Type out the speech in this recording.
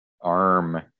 arm